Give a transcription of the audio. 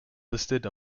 listed